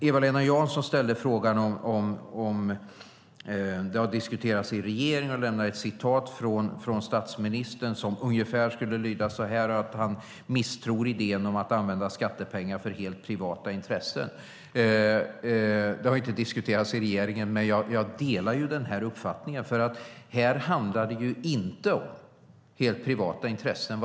Eva-Lena Jansson undrade om frågan har diskuterats i regeringen och nämnde att statsministern skulle ha sagt ungefär att han misstror idén att använda skattepengar för helt privata intressen. Frågan har inte diskuterats i regeringen, men jag delar uppfattningen. Här handlar det inte om helt privata intressen.